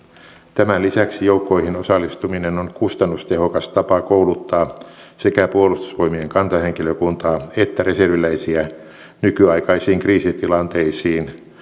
tämän lisäksi joukkoihin osallistuminen on kustannustehokas tapa kouluttaa sekä puolustusvoimien kantahenkilökuntaa että reserviläisiä nykyaikaisiin kriisitilanteisiin